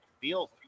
feel